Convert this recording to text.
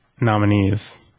nominees